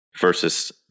versus